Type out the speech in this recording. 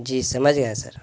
جی سمجھ گیا سر